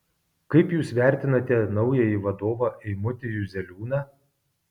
kaip jūs vertinate naująjį vadovą eimutį juzeliūną